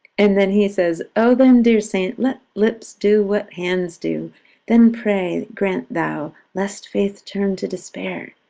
and then he says, o, then, dear saint, let lips do what hands do then pray, grant thou, lest faith turn to despair.